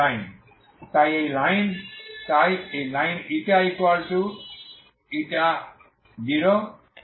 তাই এই লাইন এই লাইন তাই এই লাইন ইকুয়াল 0